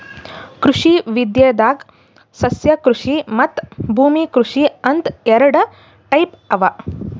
ಕೃಷಿ ವಿದ್ಯೆದಾಗ್ ಸಸ್ಯಕೃಷಿ ಮತ್ತ್ ಭೂಮಿ ಕೃಷಿ ಅಂತ್ ಎರಡ ಟೈಪ್ ಅವಾ